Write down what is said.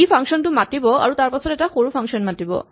ই function টো মাতিব আৰু তাৰপাছত এটা সৰু ফাংচন মাতিব